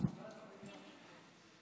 כבוד היושב-ראש,